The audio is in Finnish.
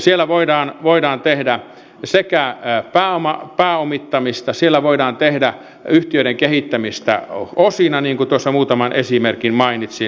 siellä voidaan tehdä sekä pääomittamista että yhtiöiden kehittämistä osina niin kuin tuossa muutaman esimerkin mainitsin